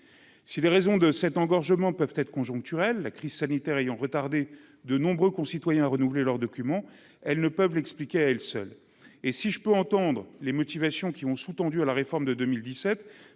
si les raisons de cet engorgement peuvent être conjoncturel, la crise sanitaire ayant retardé de nombreux concitoyens renouveler leur document, elles ne peuvent l'expliquer à elle seule, et si je peux entendre les motivations qui ont sous-tendu à la réforme de 2017,